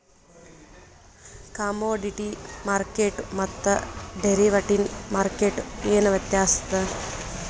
Commodity ಮಾರ್ಕೆಟ್ಗು ಮತ್ತ derivative ಮಾರ್ಕೆಟ್ಗು ಏನ್ ವ್ಯತ್ಯಾಸದ?